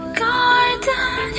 garden